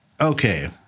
okay